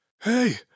hey